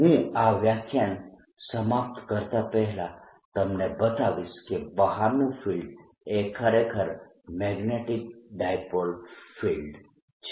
હું આ વ્યાખ્યાન સમાપ્ત કરતાં પહેલાં તમને બતાવીશ કે બહારનું ફિલ્ડ એ ખરેખર મેગ્નેટીક ડાયપોલ ફિલ્ડ છે